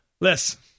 listen